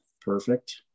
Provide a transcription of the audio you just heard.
perfect